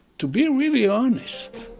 to be really honest,